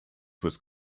was